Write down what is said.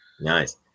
Nice